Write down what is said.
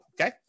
Okay